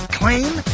claim